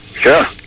Sure